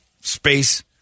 space